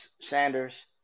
sanders